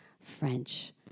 French